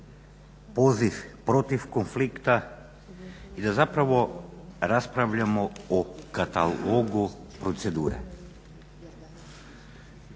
poziv protiv konflikta i da zapravo raspravljamo o katalogu procedure.